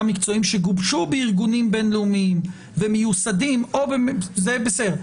מקצועיים שגובשו בארגונים בין-לאומיים ומיוסדים זה בסדר,